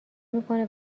میکنه